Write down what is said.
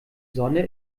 sonne